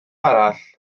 arall